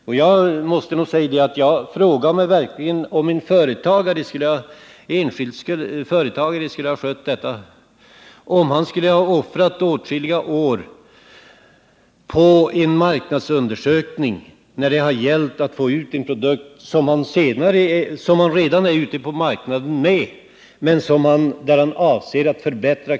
Om en enskild företagare skulle ha skött det här ärendet, skulle han då ha offrat åtskilliga år på en marknadsundersökning, när det gällt att få avsättning för en produkt som redan är ute på marknaden men som man avser att förbättra?